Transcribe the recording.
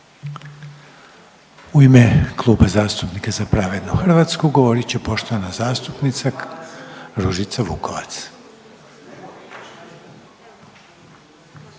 U ime Kluba zastupnika Za pravednu Hrvatsku sad će govorit poštovana zastupnica Ružica Vukovac,